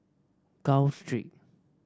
Gul Street